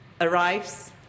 arrives